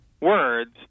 words